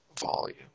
volume